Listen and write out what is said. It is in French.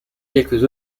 quelques